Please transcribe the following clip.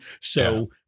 So-